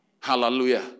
Hallelujah